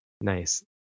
Nice